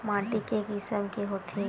माटी के किसम के होथे?